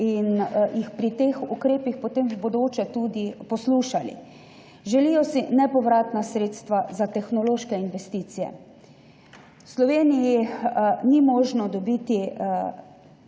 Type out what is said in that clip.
in jih pri teh ukrepih potem v bodoče tudi poslušali. Želijo si nepovratna sredstva za tehnološke investicije. V Sloveniji ni možno dobiti